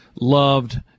loved